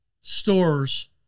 stores